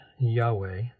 Yahweh